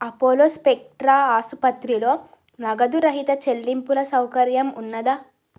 Apollo Spectra ఆసుపత్రిలో నగదురహిత చెల్లింపుల సౌకర్యం ఉన్నదా